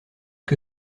que